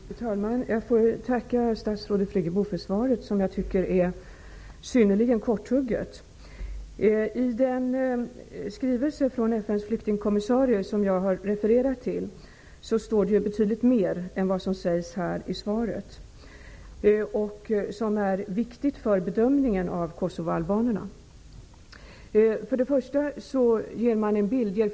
Fru talman! Jag får tacka statsrådet Friggebo för svaret som jag tycker är synnerligen korthugget. Den skrivelse från FN:s flyktingkommissarie som jag har refererat till innehåller betydligt mer som är viktigt för bedömningen av kosovoalbanerna än vad som sägs i svaret.